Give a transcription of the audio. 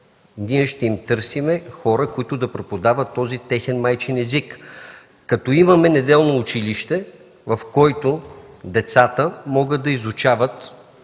ще търсим ли хора, които да преподават този техен майчин език, като имаме неделно училище, в което децата могат да изучават